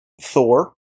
Thor